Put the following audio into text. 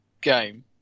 game